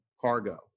cargo